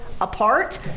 apart